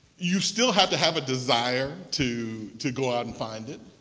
you still have to have a desire to to go out and find it.